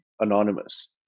anonymous